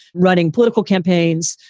running political campaigns.